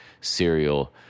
cereal